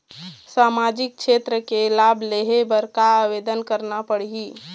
सामाजिक क्षेत्र के लाभ लेहे बर का आवेदन करना पड़ही?